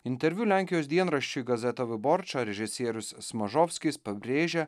interviu lenkijos dienraščiui gazeta viborča režisierius smažovskis pabrėžia